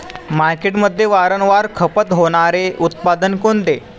मार्केटमध्ये वारंवार खपत होणारे उत्पादन कोणते?